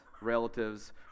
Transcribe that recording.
relatives